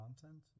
content